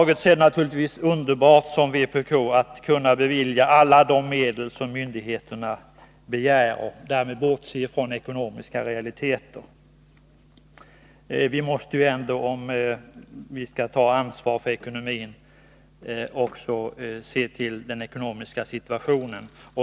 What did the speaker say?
Det är naturligtvis underbart av vpk att kunna bevilja alla de medel som myndigheterna begär och därmed bortse från ekonomiska realiteter. Vi måste emellertid ta ett ansvar och se till den ekonomiska situationen.